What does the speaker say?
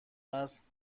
است